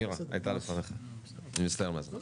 נירה בבקשה.